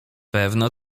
pewno